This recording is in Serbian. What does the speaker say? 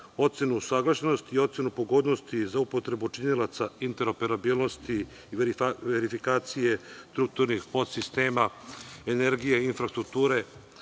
ocenu usaglašenosti i ocenu pogodnosti za upotrebu činilaca interoperabilnosti i verifikacije strukturnih podsistema, energije, infrastrukture,